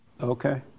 Okay